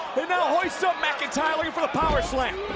hoist up mclntyre for the power slam.